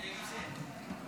ההצעה להעביר את הצעת